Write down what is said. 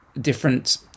different